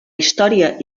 història